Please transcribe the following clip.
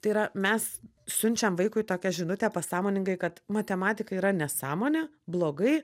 tai yra mes siunčiam vaikui tokią žinutę pasąmoningai kad matematika yra nesąmonė blogai